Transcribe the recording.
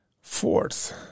Fourth